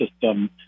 system